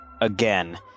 again